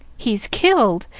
he's killed!